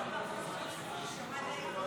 עשר דקות, אדוני.